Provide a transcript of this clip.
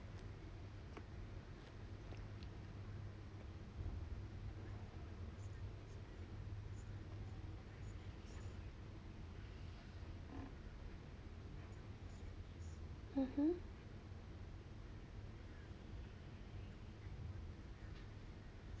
mmhmm